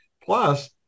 Plus